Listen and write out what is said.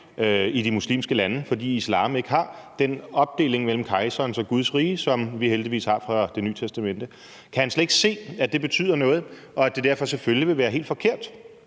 i de muslimske lande, fordi islam ikke har den opdeling mellem kejserens og Guds rige, som vi heldigvis har fra Det Nye Testamente. Kan han slet ikke se, at det betyder noget, og at det derfor selvfølgelig vil være helt forkert